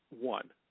one